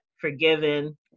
forgiven